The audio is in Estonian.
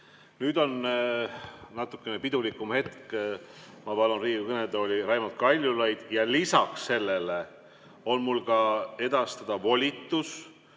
Nüüd on natuke pidulikum hetk. Ma palun Riigikogu kõnetooli Raimond Kaljulaidi. Lisaks sellele on mul edastada ka volitus.